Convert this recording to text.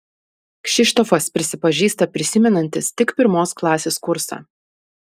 kšištofas prisipažįsta prisimenantis tik pirmos klasės kursą